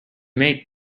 make